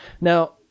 Now